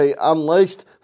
Unleashed